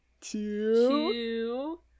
Two